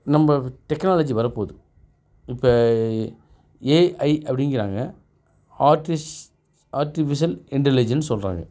நம்ம டெக்னாலட்ஜி வரப்போது இப்போ ஏ ஏஐ அப்டிங்கிறாங்க ஆர்டிஸ் ஆர்டிஃபிஷியல் இன்டெலிஜெண்ஸ் சொல்கிறாங்க